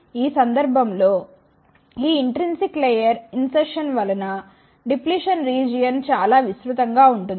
కాబట్టి ఈ సందర్భం లో ఈ ఇంట్రిన్సిక్ లేయర్ ఇంసెర్షన్ వలన డిప్లిషన్ రీజియన్ చాలా విస్తృతం గా ఉంటుంది